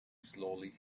slowly